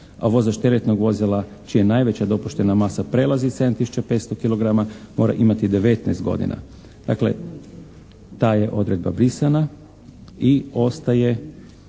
a vozač teretnog vozila čija najveća dopuštena masa prelazi 7 tisuća 500 kilograma mora imati 19 godina. Dakle, ta je odredba brisana i ostaje,